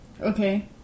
Okay